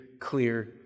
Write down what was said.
clear